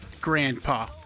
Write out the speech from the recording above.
grandpa